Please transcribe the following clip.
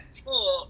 school